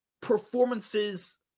performances